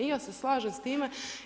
I ja se slažem s time.